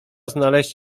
znaleźć